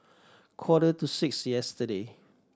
quarter to six yesterday